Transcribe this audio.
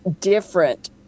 different